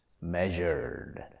measured